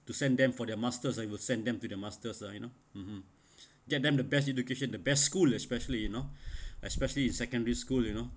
to send them for their masters you will send them to the masters lah you know mmhmm get them the best education the best school especially you know especially in secondary school you know